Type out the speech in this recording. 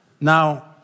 Now